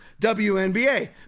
WNBA